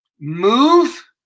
move